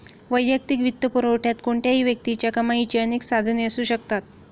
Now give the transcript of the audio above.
वैयक्तिक वित्तपुरवठ्यात कोणत्याही व्यक्तीच्या कमाईची अनेक साधने असू शकतात